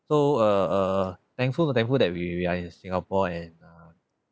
so uh uh thankful thankful that we we are in singapore and uh